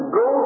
go